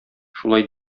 шулай